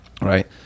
Right